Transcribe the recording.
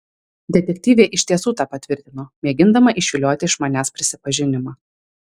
detektyvė iš tiesų tą patvirtino mėgindama išvilioti iš manęs prisipažinimą